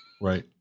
Right